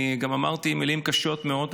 אני גם אמרתי מילים קשות מאוד.